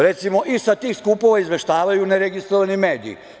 Recimo, sa tih skupova izveštavaju ne registrovani mediji.